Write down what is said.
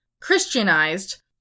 Christianized